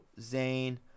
Zane